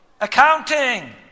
accounting